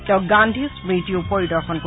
তেওঁ গান্ধী স্মৃতিও পৰিদৰ্শন কৰিব